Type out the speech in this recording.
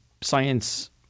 science